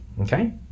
Okay